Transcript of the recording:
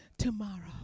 Tomorrow